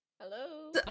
Hello